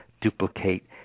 duplicate